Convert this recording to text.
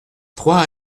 trois